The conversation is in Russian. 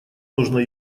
нужно